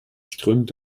strömt